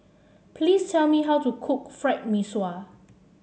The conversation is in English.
please tell me how to cook Fried Mee Sua